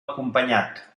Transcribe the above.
acompanyat